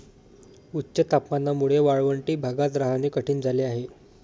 उच्च तापमानामुळे वाळवंटी भागात राहणे कठीण झाले आहे